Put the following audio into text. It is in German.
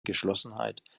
geschlossenheit